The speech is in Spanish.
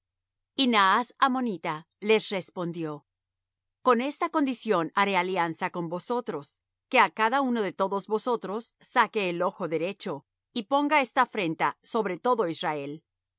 y naas ammonita les respondió con esta condición haré alianza con vosotros que á cada uno de todos vosotros saque el ojo derecho y ponga esta afrenta sobre todo israel